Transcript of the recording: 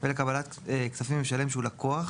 ולקבלת כספים ממשלם שהוא לקוח